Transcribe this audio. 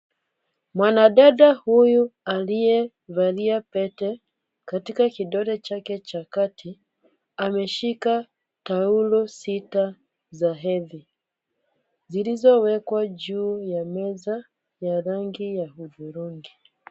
Mwanadada huyu aliyevalia pete katika kidole chake cha kati ameshika taulo sita za hedhi zilizowekwa juu ya meza ya rangi ya hudhurungi.